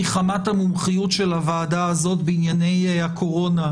מחמת המומחיות של הוועדה הזאת בענייני הקורונה,